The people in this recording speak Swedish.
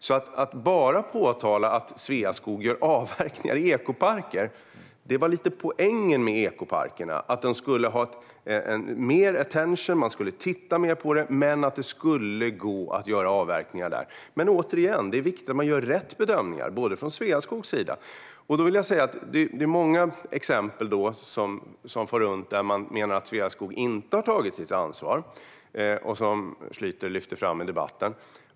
När det gäller påpekandet att Sveaskog gör avverkningar i ekoparker vill jag alltså säga: Det var lite poängen med ekoparkerna. De skulle ha mer attention, och man skulle titta mer på dem - men det skulle gå att göra avverkningar där. Men, återigen: Det är viktigt att man gör rätt bedömningar, bland annat från Sveaskogs sida. Det finns många exempel som far runt och som Schlyter lyfter fram i debatten, där man menar att Sveaskog inte har tagit sitt ansvar.